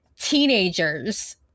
teenagers